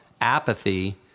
apathy